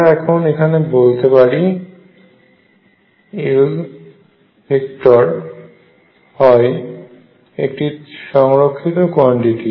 আমরা এখন এখানে বলতে পারি L হয় একটি সংরক্ষিত কোয়ান্টিটি